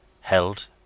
held